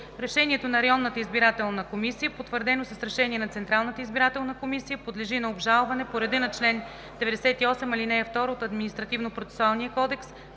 районната или общинската избирателна комисия, потвърдено с решение на Централната избирателна комисия, подлежи на обжалване по реда на чл. 98, ал. 2 от Административнопроцесуалния кодекс